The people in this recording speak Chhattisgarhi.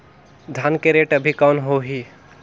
धान के रेट अभी कौन होही?